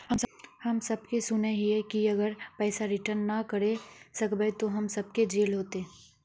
हम सब सुनैय हिये की अगर पैसा रिटर्न ना करे सकबे तो हम सब के जेल होते?